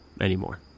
anymore